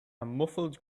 muffled